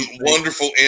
wonderful